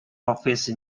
office